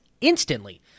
instantly